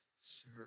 Sir